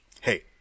hey